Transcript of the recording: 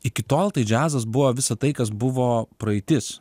iki tol tai džiazas buvo visa tai kas buvo praeitis